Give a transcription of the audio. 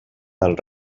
del